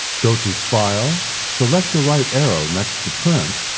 go to file, select the right arrow next to print,